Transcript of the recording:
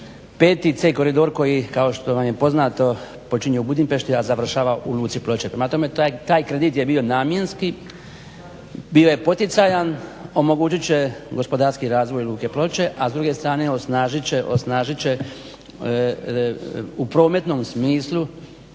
na VC Koridor koji kao što vam je poznato počinje u Budimpešti, a završava u Luci Ploče. Prema tome, taj kredit je bio namjenski, bio je poticajan. Omogućit će gospodarski razvoj Luke Ploče, a s druge strane osnažit će u prometnom smislu